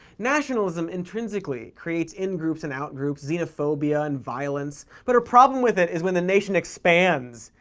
nationalism intrinsically creates in-groups and out-groups, xenophobia and violence, but her problem with it is when the nation expands.